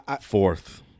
Fourth